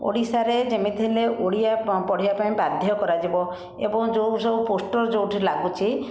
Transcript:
ଓଡ଼ିଶାରେ ଯେମିତି ହେଲେ ଓଡ଼ିଆ ପଢ଼ିବା ପାଇଁ ବାଧ୍ୟ କରାଯିବ ଏବଂ ଯେଉଁ ସବୁ ପୋଷ୍ଟର ଯେଉଁଠି ଲାଗୁଛି